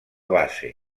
base